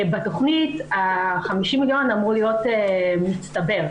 בתכנית ה-50 מיליון אמור להיות מצטבר.